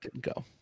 go